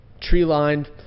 Tree-lined